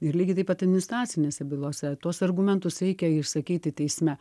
ir lygiai taip pat administracinėse bylose tuos argumentus reikia išsakyti teisme